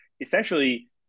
essentially